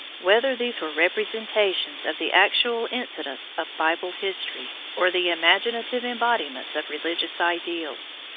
whether these were representations of the actual incidents of bible history, or the imaginative embodiments of religious ideals.